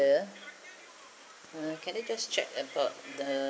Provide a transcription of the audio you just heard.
here uh can I just check about the